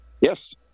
Yes